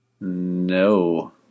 No